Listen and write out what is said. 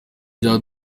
rya